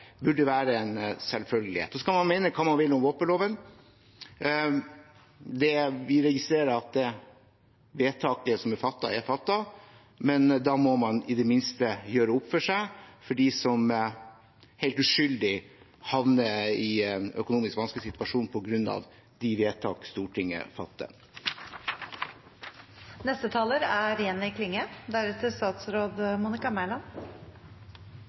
burde være en selvfølge. Man kan mene hva man vil om våpenloven. Vi registrerer at det vedtaket som er fattet, er fattet, men da må man i det minste gjøre opp for seg overfor dem som helt uskyldig havner i en økonomisk vanskelig situasjon på grunn av de vedtak Stortinget fatter. Eigedomsretten står sterkt her til lands. Det er